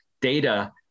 data